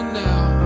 now